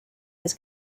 has